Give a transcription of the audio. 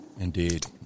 indeed